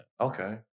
Okay